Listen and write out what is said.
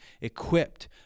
equipped